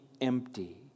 empty